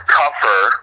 tougher